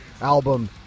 album